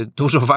dużo